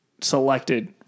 selected